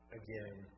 again